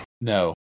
No